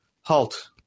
Halt